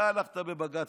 אתה הלכת לבג"ץ,